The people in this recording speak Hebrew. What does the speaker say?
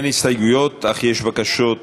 אין הסתייגויות, אך יש בקשות דיבור.